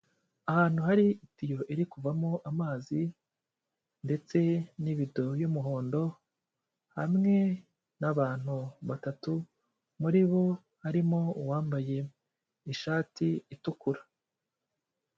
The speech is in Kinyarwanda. Ahantu hari itiyo iri kuvamo amazi ndetse n'ibido y'umuhondo, hamwe n'abantu batatu, muri bo harimo uwambaye ishati itukura.